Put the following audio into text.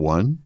One